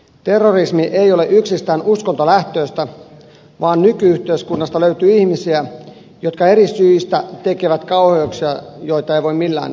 terrorismi ei ole yksistään uskontolähtöistä vaan nyky yhteiskunnasta löytyy ihmisiä jotka eri syistä tekevät kauheuksia joita ei voi millään tavoin puolustaa